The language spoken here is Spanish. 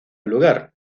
lugar